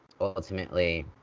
ultimately